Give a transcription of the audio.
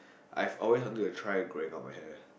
I've always wanted to try growing out my hair